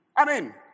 Amen